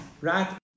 right